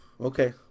Okay